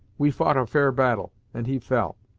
we fou't a fair battle, and he fell